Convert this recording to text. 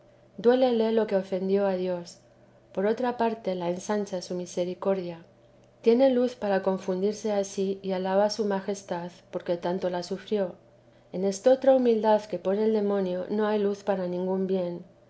duélele lo que ofendió a dios por otra parte la ensancha su misericordia tiene luz para confundirse a sí y alaba a su majestad porque tanto la sufrió en esta otra humildad que pone el demonio no hay luz para ningún bien